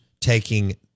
taking